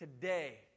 today